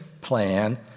plan